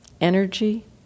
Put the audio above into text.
energy